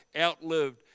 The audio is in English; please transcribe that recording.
outlived